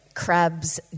crab's